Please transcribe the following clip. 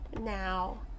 Now